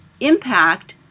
impact